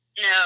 no